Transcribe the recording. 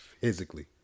physically